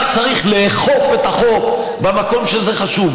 רק צריך לאכוף את החוק במקום שזה חשוב.